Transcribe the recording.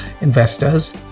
investors